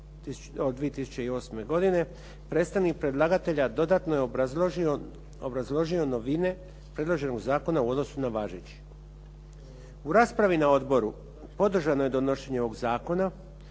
114/08. predstavnik predlagatelja dodatno je obrazložio novine predloženog zakona u odnosu na važeći. U raspravi na odboru podržano je donošenje ovog zakona